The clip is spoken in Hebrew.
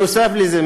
נוסף על זה,